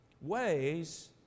Ways